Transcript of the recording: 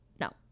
No